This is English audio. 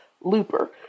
Looper